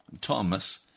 Thomas